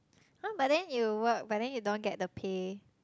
!huh! but then you work but then you don't get the pay